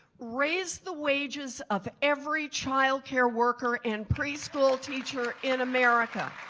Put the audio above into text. raise the wages of every childcare worker and preschool teacher in america.